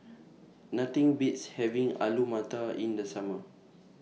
Nothing Beats having Alu Matar in The Summer